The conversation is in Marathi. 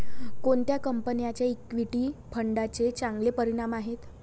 कोणत्या कंपन्यांचे इक्विटी फंडांचे चांगले परिणाम आहेत?